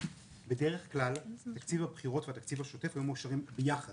בדרך כלל תקציב הבחירות והתקציב השוטף היו מאושרים ביחד